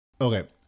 Okay